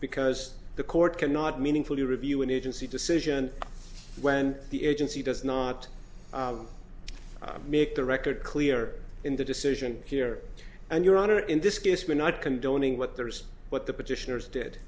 because the court cannot meaningfully review an agency decision when the agency does not make the record clear in the decision here and your honor in this case may not condoning what there is what the petitioners did